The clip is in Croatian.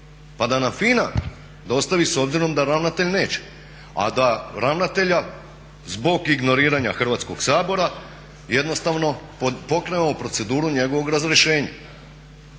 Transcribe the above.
pa da nam FINA dostavi s obzirom da ravnatelj neće? A da ravnatelja zbog ignoriranja Hrvatskog sabora jednostavno pokrenemo proceduru njegovog razrješenja?